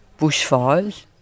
bushfires